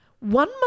One